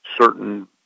certain